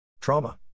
Trauma